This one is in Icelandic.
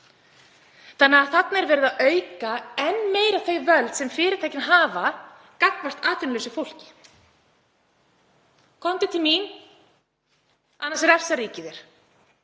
Þarna er því verið að auka enn meira þau völd sem fyrirtækin hafa gagnvart atvinnulausu fólki: Komdu til mín, annars refsar ríkið